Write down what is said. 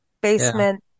Basement